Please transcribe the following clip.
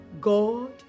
God